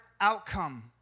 outcome